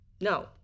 No